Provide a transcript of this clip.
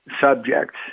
subjects